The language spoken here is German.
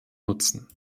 nutzen